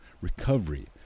recovery